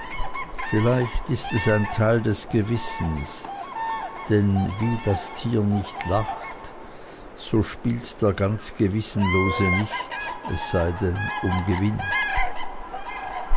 vielleicht ist es ein teil des gewissens denn wie das tier nicht lacht so spielt der ganz gewissenlose nicht es sei denn um gewinn